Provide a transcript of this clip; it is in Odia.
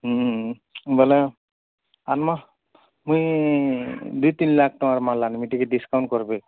ହୁଁ ବୋଲେ ଆନବା ମୁଇଁ ଦୁଇ ତିନ୍ ଲକ୍ଷ ଟଙ୍କାର ମାଲ୍ ଆନମି ଟିକେ ଡିସ୍କାଉଣ୍ଟ୍ କରବେ